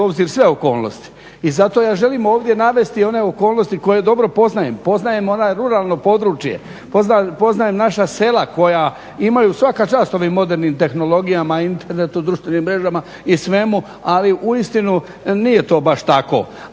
u obzir sve okolnosti i zato ja želim ovdje navesti one okolnosti koje dobro poznajem. Poznajem ono ruralno područje, poznajem naša sela koja imaju, svaka čast ovim modernim tehnologijama, internetu, društvenim mrežama i svemu, ali uistinu nije to baš tako.